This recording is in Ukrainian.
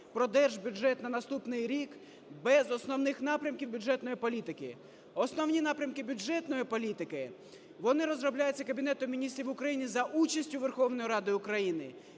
про Держбюджет на наступний рік - без основних напрямків бюджетної політики. Основні напрямки бюджетної політики, вони розробляються Кабінетом Міністрів України за участю Верховної Ради України,